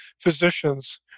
physicians